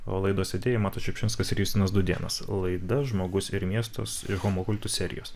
o laidos vedėjai matas šiupšinskas ir justinas dūdėnas laida žmogus ir miestas ir homo kultus serijos